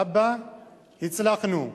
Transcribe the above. אבא, הצלחנו.